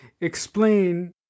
explain